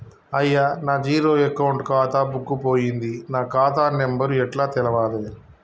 అయ్యా నా zero account ఖాతా బుక్కు పోయింది నా ఖాతా నెంబరు ఎట్ల తెలవాలే?